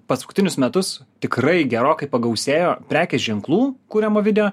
paskutinius metus tikrai gerokai pagausėjo prekės ženklų kuriamo video